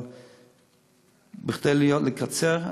אבל בשביל לקצר,